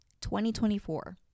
2024